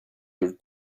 your